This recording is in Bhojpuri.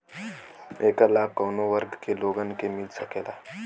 ऐकर लाभ काउने वर्ग के लोगन के मिल सकेला?